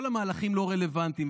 כל המהלכים לא רלוונטיים.